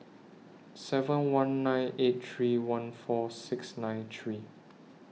seven one nine eight three one four six nine three